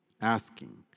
asking